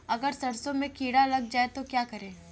अगर सरसों में कीड़ा लग जाए तो क्या करें?